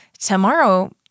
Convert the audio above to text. tomorrow